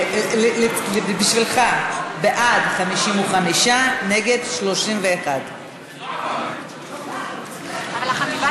בשבילך: בעד, 55, נגד, 31. זה לא עבר.